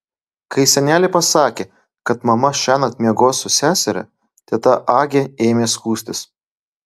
kai senelė pasakė kad mama šiąnakt miegos su seseria teta agė ėmė skųstis